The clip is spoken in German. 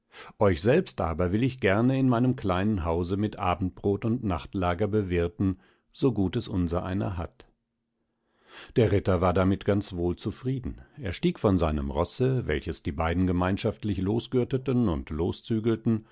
euch selbst aber will ich gerne in meinem kleinen hause mit abendbrot und nachtlager bewirten so gut es unsereiner hat der ritter war damit ganz wohl zufrieden er stieg von seinem rosse welches die beiden gemeinschaftlich losgürteten und